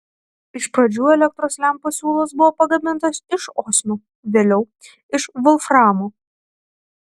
iš pradžių elektros lempos siūlas buvo pagamintas iš osmio vėliau iš volframo